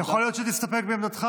יכול להיות שנסתפק בעמדתך,